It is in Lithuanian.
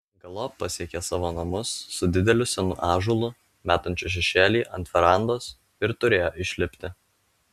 galop pasiekė savo namus su dideliu senu ąžuolu metančiu šešėlį ant verandos ir turėjo išlipti